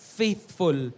faithful